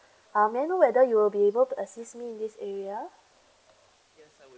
um may I know whether you will be able to assist me this area